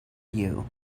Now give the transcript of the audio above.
you